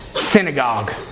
synagogue